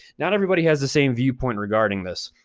not everybody has the same viewpoint regarding this.